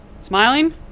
Smiling